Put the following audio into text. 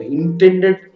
intended